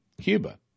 Cuba